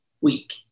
week